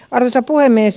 arvoisa puhemies